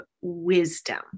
wisdom